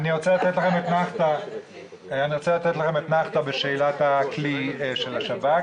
אני רוצה לתת לכם אתנחתא בשאלת הכלי של השב"כ.